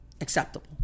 acceptable